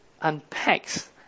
unpacks